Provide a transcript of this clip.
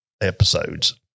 episodes